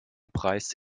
preis